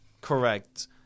correct